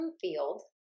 field